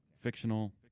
Fictional